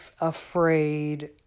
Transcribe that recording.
afraid